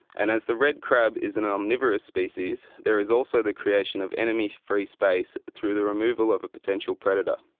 and as the red crab is an omnivorous species, there is also the creation of enemy-free enemy-free space through the removal of a potential predator.